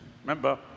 Remember